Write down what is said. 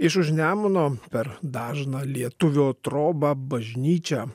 iš už nemuno per dažną lietuvio trobą bažnyčią